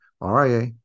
RIA